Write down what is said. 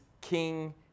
King